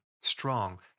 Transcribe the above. strong